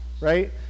right